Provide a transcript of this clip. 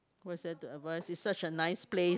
what's there to advice it's such a nice place